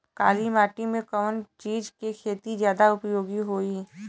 काली माटी में कवन चीज़ के खेती ज्यादा उपयोगी होयी?